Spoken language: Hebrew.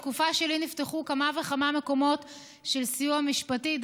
בתקופה שלי נפתחו כמה וכמה מקומות של סיוע משפטי,